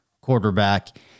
quarterback